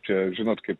čia žinot kaip